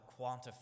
quantify